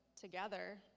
together